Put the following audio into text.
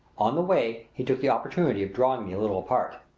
on the way he took the opportunity of drawing me a little apart.